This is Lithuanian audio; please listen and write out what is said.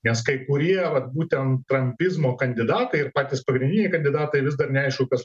nes kai kurie vat būtent trampizmo kandidatai ir patys pagrindiniai kandidatai vis dar neaišku kas